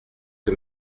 que